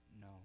No